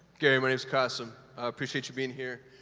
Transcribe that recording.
gary, my name is kassem. i appreciate you being here.